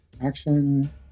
action